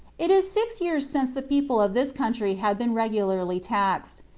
it is six years since the people of this country had been regularly taxed.